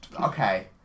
Okay